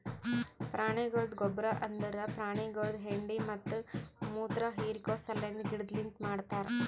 ಪ್ರಾಣಿಗೊಳ್ದ ಗೊಬ್ಬರ್ ಅಂದುರ್ ಪ್ರಾಣಿಗೊಳ್ದು ಹೆಂಡಿ ಮತ್ತ ಮುತ್ರ ಹಿರಿಕೋ ಸಲೆಂದ್ ಗಿಡದಲಿಂತ್ ಮಾಡ್ತಾರ್